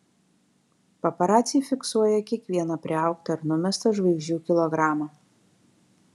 paparaciai fiksuoja kiekvieną priaugtą ar numestą žvaigždžių kilogramą